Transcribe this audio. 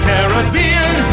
Caribbean